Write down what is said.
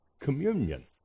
communion